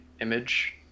image